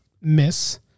miss